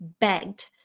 Begged